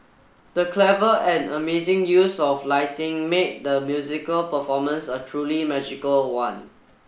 the clever and amazing use of lighting made the musical performance a truly magical one